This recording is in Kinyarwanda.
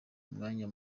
umwanya